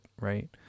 right